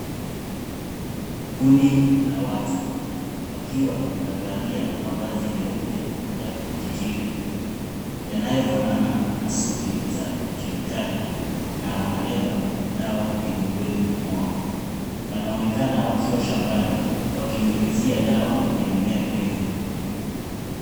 Kundi la watu wakiwa wamevalia mavazi meupe ya kujikinga yanayofanana na suti za kemikali na wanabeba dawa migongoni mwao. Wanaonekana wakiwa shambani wakinyunyizia dawa kwenye mimea mirefu.